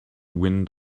wind